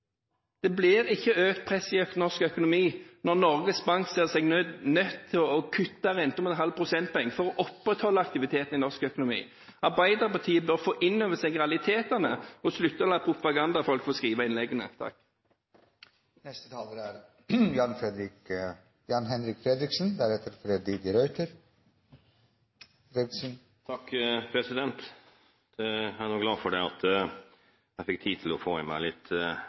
Det blir ikke økt press i norsk økonomi når Norges Bank ser seg nødt til å kutte renten med ½ prosentpoeng for å opprettholde aktiviteten i norsk økonomi. Arbeiderpartiet bør ta inn over seg realitetene og slutte å la propagandafolk få skrive innleggene. Jeg er glad for at jeg fikk tid til å få i meg litt kaffe i morges, og det kurerer ganske mye, som vi alle sammen vet. Det er jo ulike måter å se for